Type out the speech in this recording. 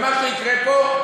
ומה שיקרה פה,